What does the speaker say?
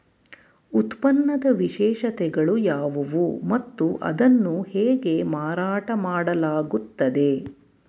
ಉತ್ಪನ್ನದ ವಿಶೇಷತೆಗಳು ಯಾವುವು ಮತ್ತು ಅದನ್ನು ಹೇಗೆ ಮಾರಾಟ ಮಾಡಲಾಗುತ್ತದೆ?